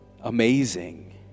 amazing